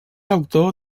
autor